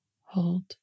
Hold